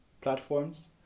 platforms